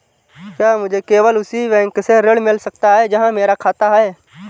क्या मुझे केवल उसी बैंक से ऋण मिल सकता है जहां मेरा खाता है?